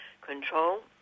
control